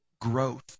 growth